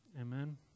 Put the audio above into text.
Amen